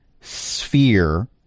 sphere